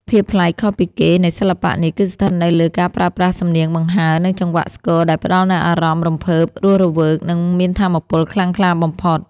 ភាពប្លែកខុសពីគេនៃសិល្បៈនេះ គឺស្ថិតនៅលើការប្រើប្រាស់សំនៀងបង្ហើរ និងចង្វាក់ស្គរដែលផ្តល់នូវអារម្មណ៍រំភើប រស់រវើក និងមានថាមពលខ្លាំងក្លាបំផុត។